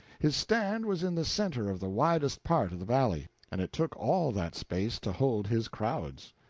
his stand was in the center of the widest part of the valley and it took all that space to hold his crowds.